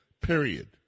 Period